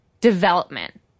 development